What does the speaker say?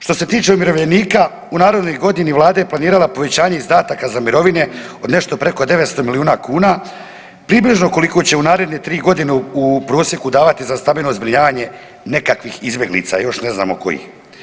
Što se tiče umirovljenika u narednoj godini, Vlada je planirala povećanje izdataka za mirovine od nešto preko 900 milijuna kuna, približno koliko će u naredne 3 godine u prosjeku davati za stambeno zbrinjavanje nekakvih izbjeglica, još ne znamo kojih.